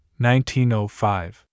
1905